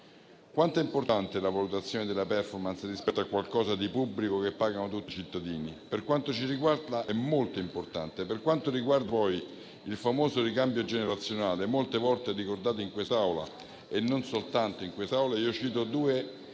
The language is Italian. Quanto è importante la valutazione delle *performance* rispetto a qualcosa di pubblico che pagano tutti i cittadini? Per quanto ci riguarda, è molto importante. Per quanto riguarda poi il famoso ricambio generazionale, molte volte ricordato in quest'Aula e non soltanto in quest'Aula, mi limito a